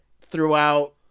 throughout